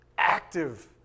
Active